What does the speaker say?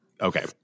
Okay